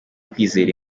kwizera